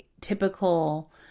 typical